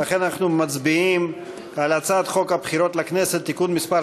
לכן אנחנו מצביעים על הצעת חוק הבחירות לכנסת (תיקון מס'